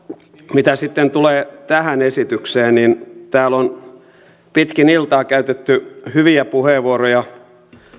mitä sitten tulee tähän esitykseen niin täällä on pitkin iltaa käytetty hyviä puheenvuoroja